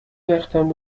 وقتم